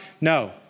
No